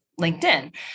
linkedin